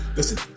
Listen